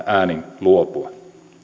äänin luopua